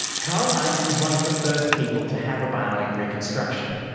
karl heinz is one of the first people to have a bionic reconstruction.